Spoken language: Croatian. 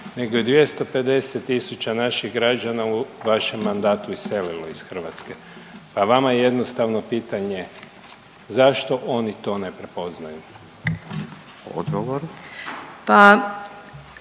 nego je 250 tisuća naših građana u vašem mandatu iselilo iz Hrvatske, a vama jednostavno pitanje, zašto oni to ne prepoznaju? **Radin, Furio